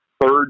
third